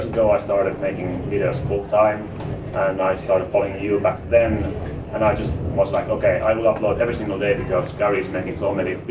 ago i started making videos full time and i started following you back then and i just was like, okay, i will upload every single day because gary's making so many